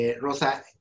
Rosa